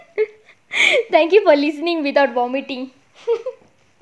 thank you for listening without vomiting